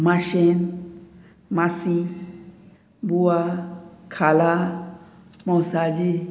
माशेन मासी बुआ खाला मौसाजी